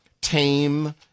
tame